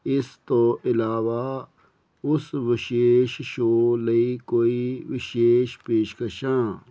ਇਸ ਤੋਂ ਇਲਾਵਾ ਉਸ ਵਿਸ਼ੇਸ਼ ਸ਼ੋ ਲਈ ਕੋਈ ਵਿਸ਼ੇਸ਼ ਪੇਸ਼ਕਸ਼ਾਂ